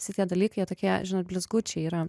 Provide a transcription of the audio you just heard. šitie dalykai jie tokie žinot blizgučiai yra